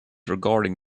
regarding